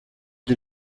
did